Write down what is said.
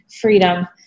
freedom